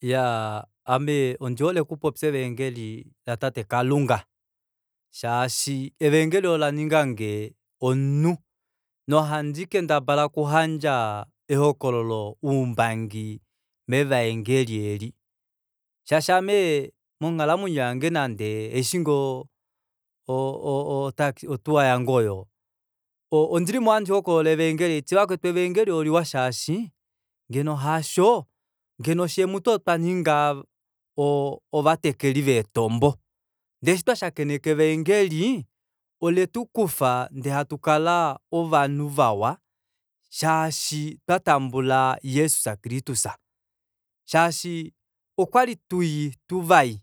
Iyaa ame ondihole okupopya evaengeli la tate kalunga shaashi evaengeli olaningange omunhu nohandi kendabala okuyandja ehokololo umbangi mevaengeli eeli shaashi aame monghalamwenyo yange nande eshi ngoo otuwa yange oyo ondilimo handi hokolola evaengeli haiti vakwetu evaengeli oliwa shaashi ngeno hasho ngeno sheemutu otwaninga ovatekeli veetombo ndee eshi twashakaneka evaengeli oletukufa ndee hatukala ovanhu vawa shaashi twatambula jesus christus shaashi okwali tuvai